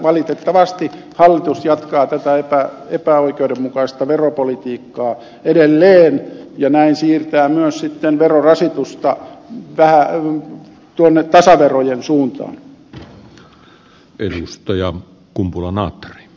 valitettavasti hallitus jatkaa tätä epäoikeudenmukaista veropolitiikkaa edelleen ja näin siirtää myös sitten verorasitusta tuonne tasaverojen suuntaan